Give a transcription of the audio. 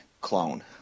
clone